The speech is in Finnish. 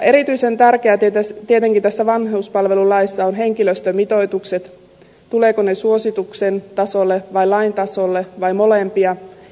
erityisen tärkeää tietenkin tässä vanhuspalvelulaissa on henkilöstömitoitukset tulevatko ne suosituksen tasolle vai lain tasolle vai molempia